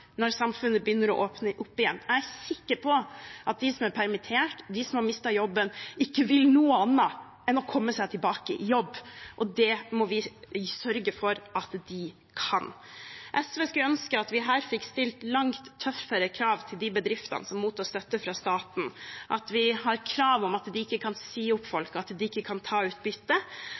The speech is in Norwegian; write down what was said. når samfunnet begynner å åpne opp igjen. Jeg er sikker på at de som er permittert, de som har mistet jobben, ikke vil noe annet enn å komme seg tilbake i jobb. Det må vi sørge for at de kan. SV skulle ønske at vi fikk stilt langt tøffere krav til de bedriftene som mottar støtte fra staten, at det er krav om at de ikke kan si opp folk, at de ikke kan ta